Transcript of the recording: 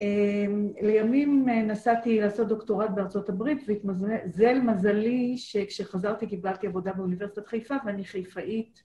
‫לימים נסעתי לעשות דוקטורט ‫בארה״ב והתמזל מזלי ‫שכשחזרתי קיבלתי עבודה ‫באוניברסיטת חיפה ואני חיפאית.